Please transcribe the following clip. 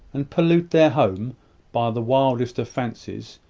and pollute their home by the wildest of fancies,